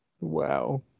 Wow